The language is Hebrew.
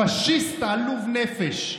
פשיסט עלוב נפש,